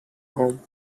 home